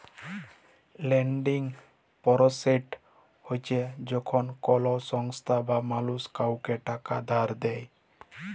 lending process হছে যখল কল সংস্থা বা মালুস কাউকে টাকা ধার দেঁই